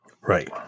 Right